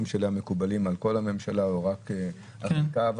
שלה מקובלים על כל הממשלה או רק על חלקה.